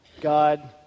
God